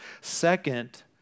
Second